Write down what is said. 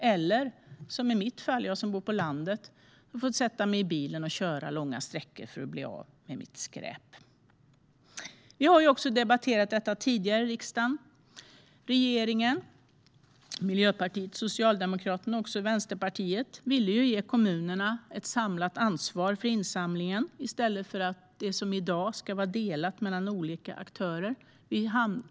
Eller så kan det vara som i mitt fall - jag bor på landet och måste sätta mig i bilen och köra långa sträckor för att bli av med mitt skräp. Vi har debatterat detta tidigare i riksdagen. Regeringen - Miljöpartiet och Socialdemokraterna - och också Vänsterpartiet ville ge kommunerna ett samlat ansvar för insamlingen, i stället för att det som i dag ska vara delat mellan olika aktörer.